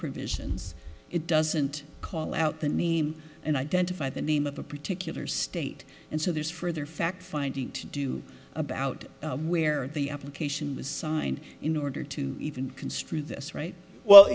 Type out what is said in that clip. provisions it doesn't call out the name and identify the name of a particular state and so there's further fact finding to do about where the application was signed in order to even construe this right well